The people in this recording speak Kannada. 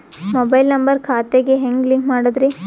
ಮೊಬೈಲ್ ನಂಬರ್ ಖಾತೆ ಗೆ ಹೆಂಗ್ ಲಿಂಕ್ ಮಾಡದ್ರಿ?